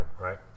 right